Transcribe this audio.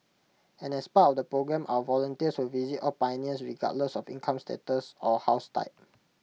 and as part of the programme our volunteers will visit all pioneers regardless of income status or house type